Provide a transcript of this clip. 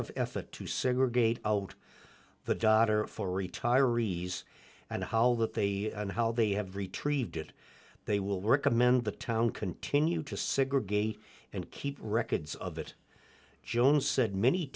of effort to segregate out the dodder for retirees and how that they and how they have retrieved it they will recommend the town continue to segregate and keep records of it jones said many